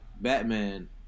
Batman